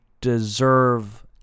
deserve